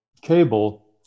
cable